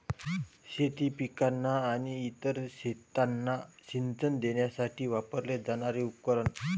शेती पिकांना आणि इतर शेतांना सिंचन देण्यासाठी वापरले जाणारे उपकरण